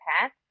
path